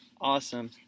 Awesome